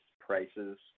prices